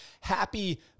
Happy